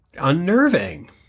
unnerving